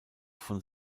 von